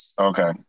Okay